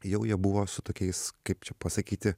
jau jie buvo su tokiais kaip čia pasakyti